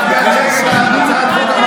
תראה מי מבסוטית.